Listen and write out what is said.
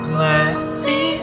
Glassy